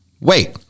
wait